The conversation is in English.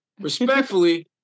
Respectfully